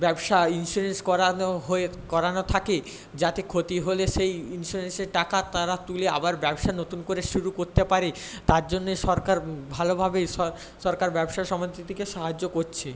ব্যবসা ইনস্যুরেন্স করানো হয়ে করানো থাকে যাতে ক্ষতি হলে সেই ইনস্যুরেন্সের টাকা তারা তুলে আবার ব্যবসা নতুন করে শুরু করতে পারে তার জন্য সরকার ভালো ভাবে সরকার ব্যবসা সমিতিতিকে সাহায্য করছে